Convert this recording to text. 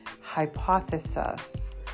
Hypothesis